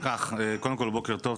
קודם כל בוקר טוב,